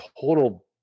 total